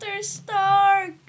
Stark